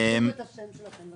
אני